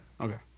Okay